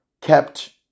kept